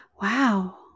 Wow